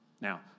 Now